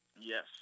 Yes